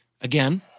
Again